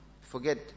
forget